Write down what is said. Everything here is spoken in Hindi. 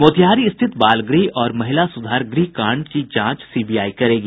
मोतिहारी स्थित बाल गृह और महिला सुधार गृह कांड की जांच सीबीआई करेगी